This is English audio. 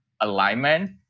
alignment